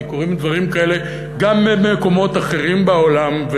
כי קורים דברים כאלה גם במקומות אחרים בעולם.